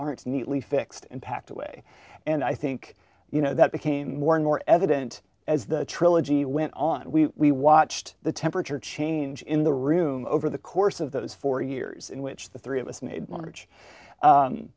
aren't neatly fixed and packed away and i think you know that became more and more evident as the trilogy went on and we watched the temperature change in the room over the course of those four years in which the three of us